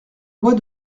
bois